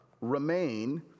remain